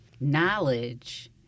knowledge